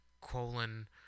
colon